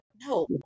No